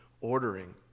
ordering